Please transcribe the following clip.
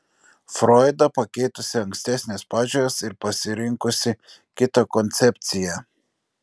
froidą pakeitusi ankstesnes pažiūras ir pasirinkusį kitą koncepciją